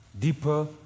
Deeper